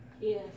yes